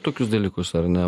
tokius dalykus ar ne